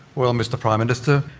well, mr prime minister,